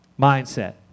mindset